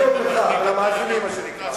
למאזינים מה שנקרא.